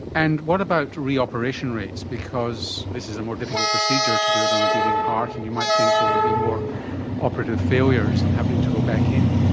and what about re-operation rates, because this is a more difficult procedure to do on a beating heart and you might think there would be more operative failures and having to go back in.